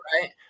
Right